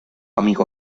amigo